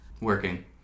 Working